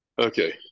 Okay